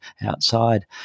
outside